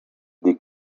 they